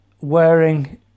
wearing